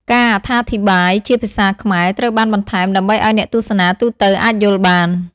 ការអត្ថាធិប្បាយជាភាសាខ្មែរត្រូវបានបន្ថែម ដើម្បីឱ្យអ្នកទស្សនាទូទៅអាចយល់បាន។